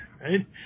right